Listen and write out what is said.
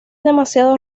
demasiado